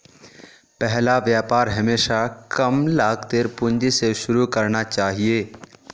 पहला व्यापार हमेशा कम लागतेर पूंजी स शुरू करना चाहिए